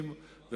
והסיפור הזה ידוע.